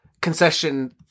concession